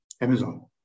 Amazon